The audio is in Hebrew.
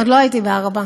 עוד לא הייתי בעראבה.